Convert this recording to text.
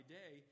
day